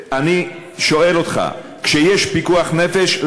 אני שואל אותך: כשיש פיקוח נפש,